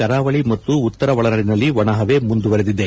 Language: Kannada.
ಕರಾವಳಿ ಮತ್ತು ಉತ್ತರ ಒಳನಾಡಿನಲ್ಲಿ ಒಣಹವೆ ಮುಂದುವರೆದಿದೆ